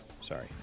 Sorry